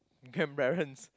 you can balance